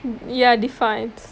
ya defined